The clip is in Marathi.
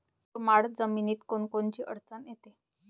मुरमाड जमीनीत कोनकोनची अडचन येते?